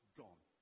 gone